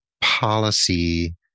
policy